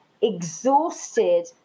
exhausted